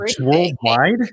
worldwide